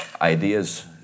ideas